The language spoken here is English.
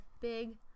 big